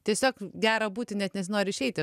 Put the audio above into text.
tiesiog gera būti net nesinori išeiti